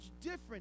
different